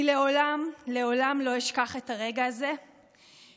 אני לעולם לעולם לא אשכח את הרגע הזה שבו